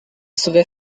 serait